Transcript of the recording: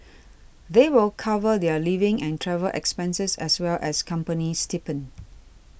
they will cover their living and travel expenses as well as company stipend